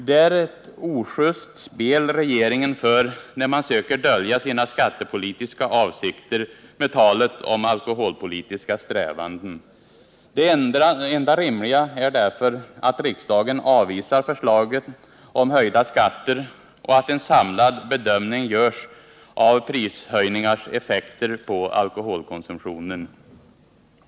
Det är ett ojust spel regeringen för när man söker dölja sina skattepolitiska avsikter med talet om alkoholpolitiska strävanden. Det enda rimliga är därför att riksdagen avvisar förslagen om höjda skatter och att en samlad bedömning görs av prishöjningars effekter på alkoholkonsumtionen.